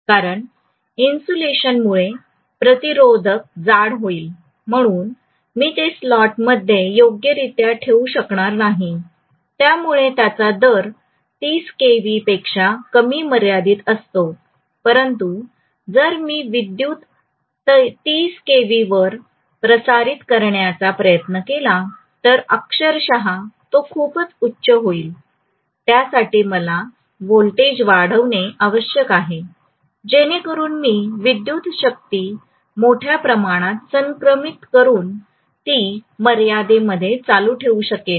कारण इन्सुलेशनमुळे प्रतिरोधक जाड होईल म्हणून मी ते स्लॉटमध्ये योग्यरित्या ठेवू शकणार नाही त्यामुळे त्याचा दर 30 केव्हीपेक्षा कमी मर्यादित असतो परंतु जर मी विद्युत् 30 केव्हीवर प्रसारित करण्याचा प्रयत्न केला तर अक्षरशः तो खूपच उच्च होईल त्यासाठी मला व्होल्टेज वाढविणे आवश्यक आहे जेणेकरून मी विद्युत् शक्ती मोठ्या प्रमाणात संक्रमित करून ती मर्यादेमध्ये चालू ठेवू शकेन